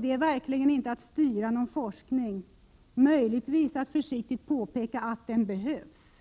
Det är verkligen inte att styra någon forskning, möjligtvis att försiktigt påpeka att den behövs.